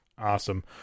awesome